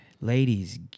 Ladies